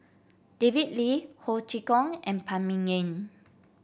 David Lee Ho Chee Kong and Phan Ming Yen